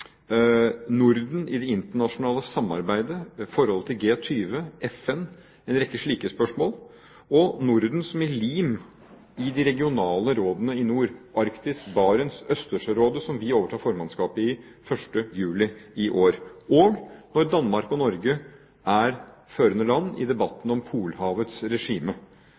Norden i det internasjonale samarbeidet, forholdet til G20-landene, FN, en rekke slike spørsmål. Og Norden er et lim i de regionale rådene i nord, Arktis Råd, Barentsrådet og Østersjørådet, der vi overtar formannskapet 1. juli i år. Når Danmark og Norge er førende land i debatten om polhavets regime